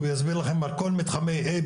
הוא יסביר לכם על כל מתחמי A,